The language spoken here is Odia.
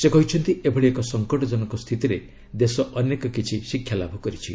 ସେ କହିଛନ୍ତି ଏଭଳି ଏକ ସଙ୍କଟଜନକ ସ୍ଥିତିରେ ଦେଶ ଅନେକ କିଛି ଶିକ୍ଷାଲାଭ କରିଛି